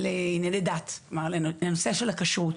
לענייני דת, כלומר לנושא של הכשרות,